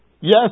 Yes